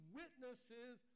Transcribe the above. witnesses